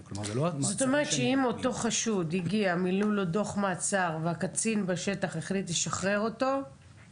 ההליך, יש מערכות שונות.